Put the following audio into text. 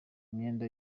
imyenda